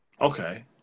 Okay